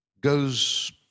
goes